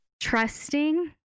trusting